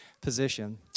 position